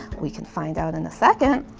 we can find out in a second.